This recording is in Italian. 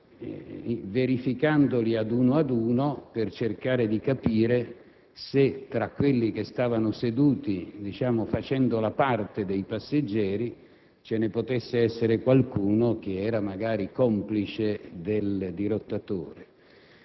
verificandoli uno ad uno per cercare di capire se, tra quelli che stavano seduti facendo, per così dire, la parte dei passeggeri, ve ne potesse essere qualcuno magari complice del dirottatore.